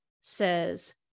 says